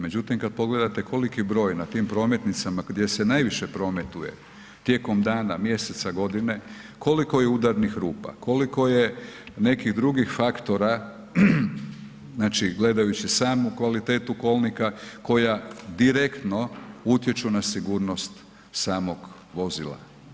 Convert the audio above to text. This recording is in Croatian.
Međutim kad pogledate koliki broj na tim prometnicama gdje se najviše prometuje tijekom dana, mjeseca, godine, koliko je udarnih rupa, koliko je nekih drugih faktora, znači gledajući samu kvalitetu kolnika koja direktno utječu na sigurnost samog vozila.